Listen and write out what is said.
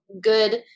good